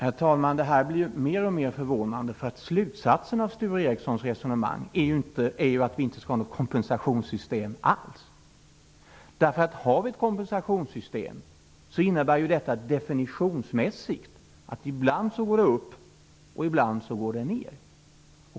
Herr talman! Det här blir mer och mer förvånande. Slutsatsen av Sture Ericsons resonemang är att vi inte skall ha något kompensationssystem alls. Har vi ett kompensationssystem innebär det definitionsmässigt att det ibland går upp, ibland ner.